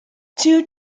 two